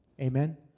Amen